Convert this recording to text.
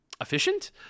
efficient